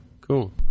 Cool